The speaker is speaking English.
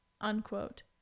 unquote